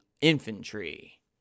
infantry